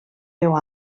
veu